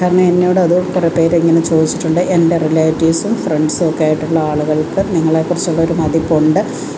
കാരണം എന്നോടത് പ്രത്യേകം ഇങ്ങനെ ചോദിച്ചിട്ടുണ്ട് എൻ്റെ റിലേറ്റീവ്സും ഫ്രണ്ട്സും ഒക്കെ ആയിട്ടുള്ള ആളുകൾക്ക് നിങ്ങളെ കുറിച്ചുള്ളൊരു മതിപ്പുണ്ട്